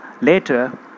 Later